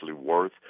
worth